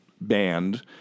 band